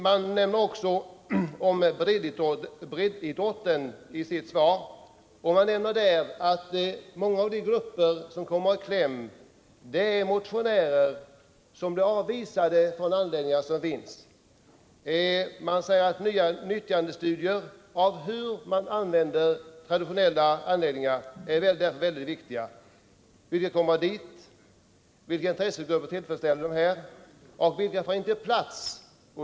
Man nämner också ”breddidrotten” och menar att många av de grupper som kommer i kläm är motionärer som blir avvisade från de anläggningar som finns. Man säger att nyttjandestudier av hur man använder traditionella anläggningar är mycket viktigt. Vilka kommer dit? Vilka intressegrupper tillfredsställer de? Och vilka får inte plats?